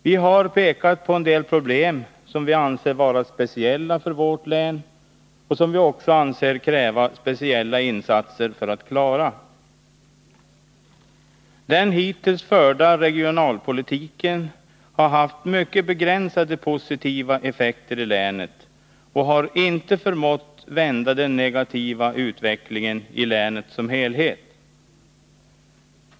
Vi har pekat på en del problem som vi anser vara speciella för vårt län. Vi anser också att de kräver speciella insatser för att kunna lösas. Den hittills förda regionalpolitiken har haft mycket begränsade positiva effekter i länet, och den har inte förmått vända den negativa utvecklingen i länet som helhet.